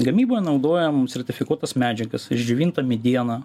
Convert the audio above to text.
gamyboje naudojam sertifikuotas medžiagas išdžiovintą medieną